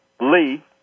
Lee